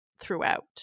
throughout